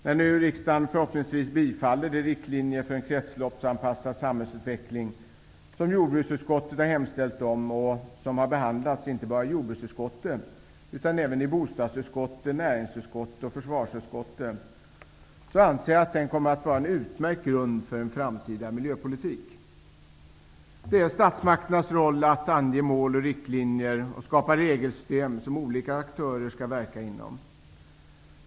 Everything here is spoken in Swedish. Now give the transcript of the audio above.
När nu riksdagen förhoppningsvis bifaller de riktlinjer för en kretsloppsanpassad samhällsutveckling som jordbruksutskottet har hemställt om -- och som har behandlats inte bara i jordbruksutskottet utan även i bostadsutskottet, näringsutskottet och försvarsutskottet -- anser jag att den kommer att vara en utmärkt grund för en framtida miljöpolitik. Det är statsmakternas roll att ange mål och riktlinjer och skapa regelsystem som olika aktörer skall verka inom.